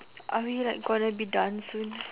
are we like gonna be done soon